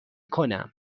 کنم